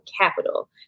capital